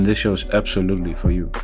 this show is absolutely for you.